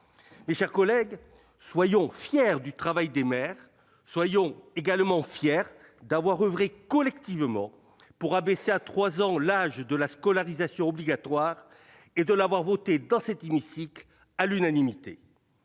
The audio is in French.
Mes chers collègues, soyons fiers du travail des maires ! Soyons également fiers d'avoir oeuvré collectivement pour abaisser à 3 ans l'âge de la scolarisation obligatoire et d'avoir adopté cette disposition à l'unanimité